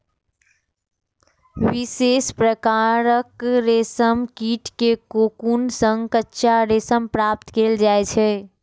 विशेष प्रकारक रेशम कीट के कोकुन सं कच्चा रेशम प्राप्त कैल जाइ छै